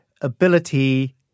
ability